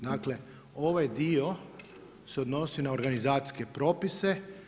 Dakle, ovaj dio se odnosi na organizacijske propise.